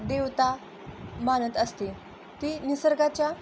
देवता मानत असते ती निसर्गाच्या